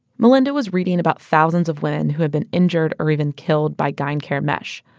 melynda was reading about thousands of women who had been injured or even killed by gynecare mesh.